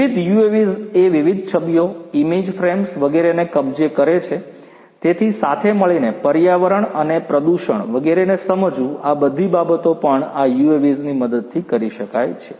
વિવિધ UAVs એ વિવિધ છબીઓ ઇમેજ ફ્રેમ્સ વગેરેને કબજે કરે છે તેથી સાથે મળીને પર્યાવરણ અને પ્રદૂષણ વગેરેને સમજવું આ બધી બાબતો પણ આ UAVs ની મદદથી કરી શકાય છે